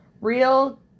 Real